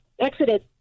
Exited